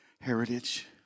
heritage